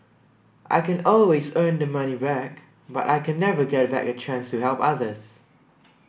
I can always earn the money back but I can never get back a chance to help others